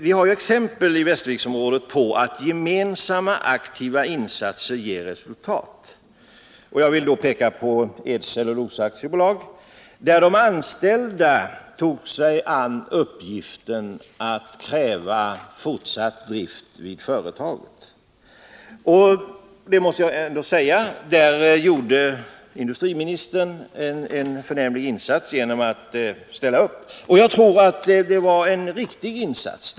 Vi har i Västerviksområdet exempel på att gemensamma aktiva insatser ger resultat. Jag vill då peka på Eds Cellulosafabriks AB, där de anställda tog sig an uppgiften att kräva fortsatt drift vid företaget. Där gjorde industriministern — det måste jag säga — en förnämlig insats genom att ställa upp. Och jag tror att det var en riktig insats.